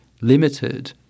limited